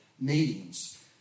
meetings